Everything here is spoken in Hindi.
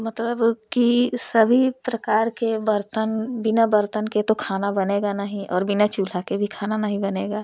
मतलब की सभी प्रकार के बर्तन बिना बर्तन के तो खाना बनेगा नहीं और बिना चूल्हा के भी खाना नहीं बनेगा